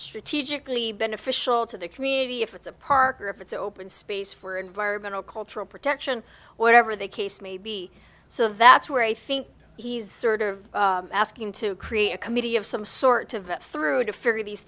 strategically beneficial to the community if it's a park or if it's open space for environmental cultural protection whatever the case may be so that's where i think he's sort of asking to create a committee of some sort of through to figure these